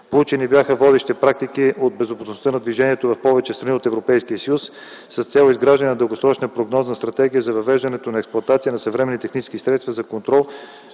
Проучени бяха водещи практики от безопасността на движението в повече страни от Европейския съюз с цел изграждане на дългосрочна прогнозна стратегия за въвеждането в експлоатация на съвременни технически средства за контрол,